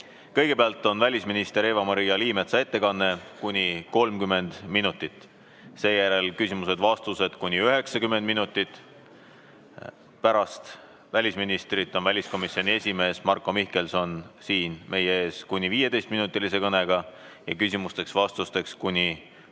Kõigepealt on välisminister Eva-Maria Liimetsa ettekanne kuni 30 minutit, seejärel küsimused-vastused kuni 90 minutit. Pärast välisministrit on väliskomisjoni esimees Marko Mihkelson siin meie ees kuni 15‑minutilise kõnega ja küsimusteks-vastusteks on